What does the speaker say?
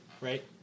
right